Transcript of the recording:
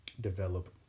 develop